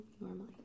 normally